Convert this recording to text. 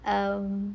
mm